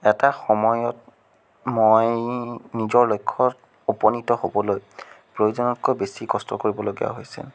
এটা সময়ত মই নিজৰ লক্ষ্যত উপনীত হ'বলৈ প্ৰয়োজনতকৈ বেছি কষ্ট কৰিবলগীয়া হৈছে